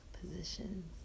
Positions